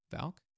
Valk